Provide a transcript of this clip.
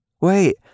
Wait